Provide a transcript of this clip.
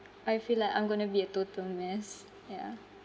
I feel like I'm going to be a total mess yeah